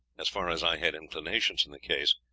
as far as i had inclinations in the case,